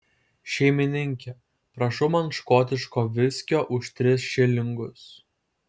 šeimininke prašau man škotiško viskio už tris šilingus